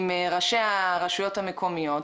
ראשי הרשויות המקומיות.